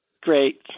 Great